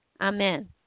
Amen